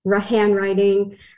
handwriting